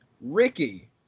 Ricky